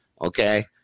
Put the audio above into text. okay